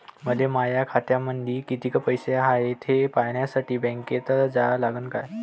मले माया खात्यामंदी कितीक पैसा हाय थे पायन्यासाठी बँकेत जा लागनच का?